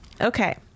Okay